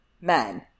men